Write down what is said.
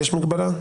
יש מגבלה?